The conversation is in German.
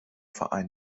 verein